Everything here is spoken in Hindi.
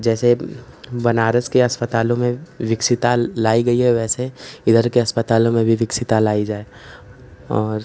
जैसे बनारस के अस्पतालों में विकसितता लाई गई है वैसे इधर के अस्पतालों में भी विकसितता लाइ जाए और